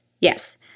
Yes